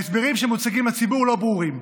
ההסברים שמוצגים לציבור לא ברורים.